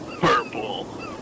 purple